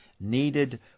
needed